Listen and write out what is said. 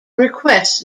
requests